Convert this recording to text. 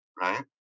right